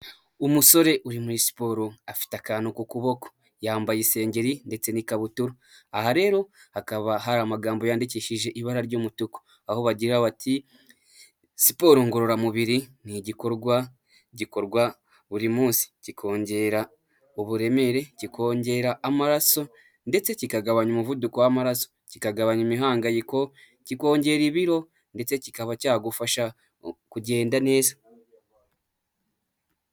Umusore uri muri siporo afite akantu ku kuboko yambaye isengeri ndetse n'ikabutura, aha rero hakaba hari amagambo yandikishije ibara ry'umutuku aho bagira bati siporo ngororamubiri ni igikorwa gikorwa buri munsi kikongera uburemere kikongera amaraso ndetse kikagabanya umuvuduko w'amaraso kikagabanya imihangayiko, kikongera ibiro ndetse kikaba cyagufasha kugenda neza.